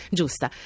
giusta